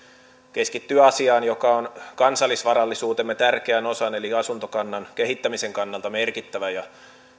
keskittyy asiaan joka on kansallisvarallisuutemme tärkeän osan eli asuntokannan kehittämisen kannalta merkittävä ja